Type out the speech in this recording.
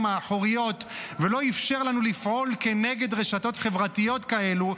האחוריות ולא אפשר לנו לפעול כנגד רשתות חברתיות כאלו,